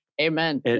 amen